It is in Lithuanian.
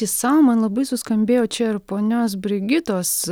tiesa man labai suskambėjo čia ir ponios brigitos